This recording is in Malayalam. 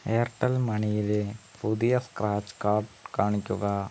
എയർടെൽ മണിയിലെ പുതിയ സ്ക്രാച്ച് കാർഡ് കാണിക്കുക